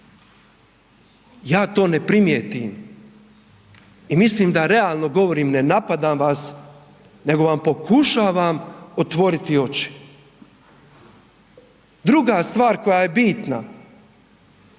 Ja to ne primijetim i mislim da realno govorim, ne napadam vas, nego vam pokušavam otvoriti oči. Druga stvar koja je bitna,